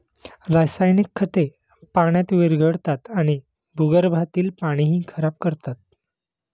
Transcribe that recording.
रासायनिक खते पाण्यात विरघळतात आणि भूगर्भातील पाणीही खराब करतात